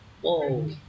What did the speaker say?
Whoa